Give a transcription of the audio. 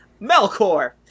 Melkor